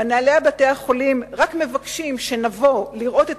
מנהלי בתי-החולים רק מבקשים שנבוא לראות את